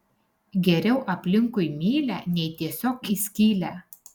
geriau aplinkui mylią nei tiesiog į skylę